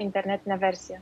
internetinę versiją